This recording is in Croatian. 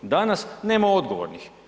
Danas nema odgovornih.